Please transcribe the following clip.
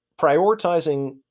Prioritizing